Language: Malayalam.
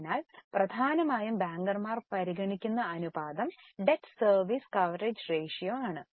അതിനാൽ പ്രധാനമായും ബാങ്കർമാർ പരിഗണിക്കുന്ന അനുപാതം ഡെറ്റ് സർവീസ് കവറേജ് റേഷ്യോ ആണ്